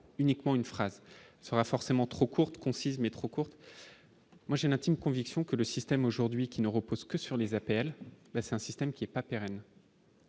uniquement une phrase sera forcément trop courte, concise mais trop courte, moi j'ai l'intime conviction que le système aujourd'hui qui ne repose que sur les APL, mais c'est un système qui est pas pérenne,